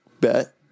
bet